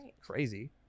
crazy